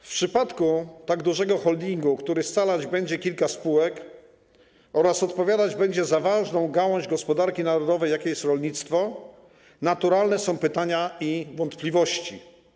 W przypadku tworzenia tak dużego holdingu, który scalać będzie kilka spółek oraz odpowiadać będzie za ważną gałąź gospodarki narodowej, jaką jest rolnictwo, naturalne są pytania i wątpliwości.